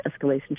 escalation